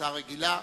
הצעה רגילה,